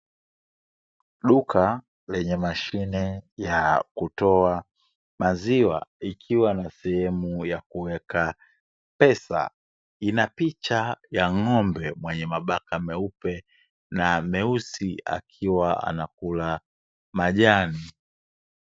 Duka lenye mashine ya kutoa maziwa, ikiwa na sehemu ya kuweka pesa. Ina picha ya ng'ombe mwenye mabaka meupe na meusi, akiwa anakula majani.